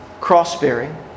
cross-bearing